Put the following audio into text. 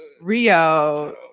Rio